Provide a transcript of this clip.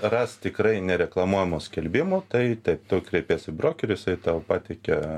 ras tikrai nereklamuojamų skelbimų tai tu kreipies į brokerius jisai tau pateikia